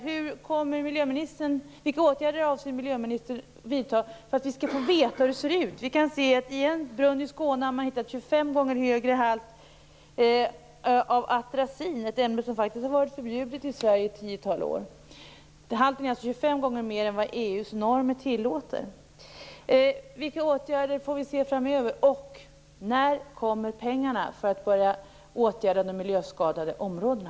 Nu undrar jag: Vilka åtgärder avser miljöministern att vidta för att vi skall få veta hur det ser ut? I en brunn i Skåne har man hittat 25 gånger högre halt än vad EU:s norm tillåter av atrazin, ett ämne som faktiskt har varit förbjudet i Sverige i ett tiotal år. Vilka åtgärder får vi se framöver, och när kommer pengarna för att börja åtgärda de miljöskadade områdena?